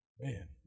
Man